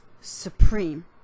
supreme